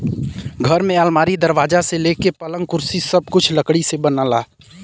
घर में अलमारी, दरवाजा से लेके पलंग, कुर्सी सब कुछ लकड़ी से बनला